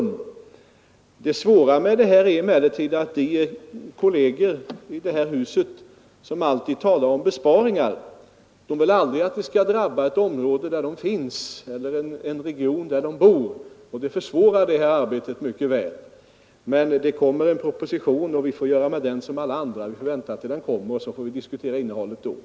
Det svåra är emellertid att de kolleger i det här huset som alltid talar om besparingar aldrig vill att dessa skall drabba ett område där de själva verkar eller den region där de bor. Det kommer som sagt en proposition. Vi får vänta till dess med att diskutera innehållet i den. remissbehandlas, och de tankar som herr Andersson i Ljung förde fram